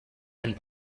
and